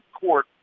court